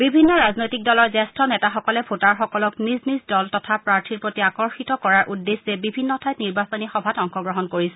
বিভিন্ন ৰাজনৈতিক দলৰ জ্যেষ্ঠ নেতাসকলে ভোটাৰসকলক নিজ নিজ দল তথা প্ৰাৰ্থীৰ প্ৰতি আকৰ্ষিত কৰাৰ উদ্দেশ্যে বিভিন্ন ঠাইত নিৰ্বাচনী সভাত অংশগ্ৰহণ কৰিছে